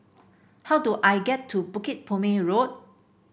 how do I get to Bukit Purmei Road